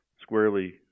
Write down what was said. squarely